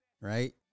right